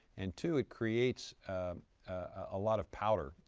and two, it creates a lot of powder,